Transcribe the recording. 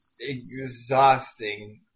Exhausting